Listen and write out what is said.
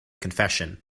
confession